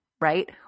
right